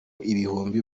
ibihumbi